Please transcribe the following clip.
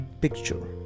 picture